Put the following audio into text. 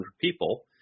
people